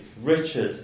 Richard